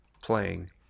playing